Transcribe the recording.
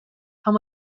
how